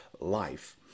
life